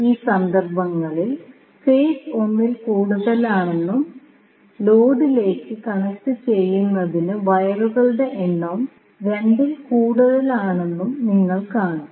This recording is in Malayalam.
ഈ സന്ദർഭങ്ങളിൽ ഫേസ് 1 ൽ കൂടുതലാണെന്നും ലോഡിലേക്ക് കണക്റ്റുചെയ്യുന്നതിന് വയറുകളുടെ എണ്ണവും 2 ൽ കൂടുതലാണെന്നും നിങ്ങൾ കാണും